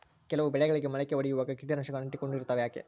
ಕೆಲವು ಬೆಳೆಗಳಿಗೆ ಮೊಳಕೆ ಒಡಿಯುವಾಗ ಕೇಟನಾಶಕಗಳು ಅಂಟಿಕೊಂಡು ಇರ್ತವ ಯಾಕೆ?